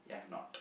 you have not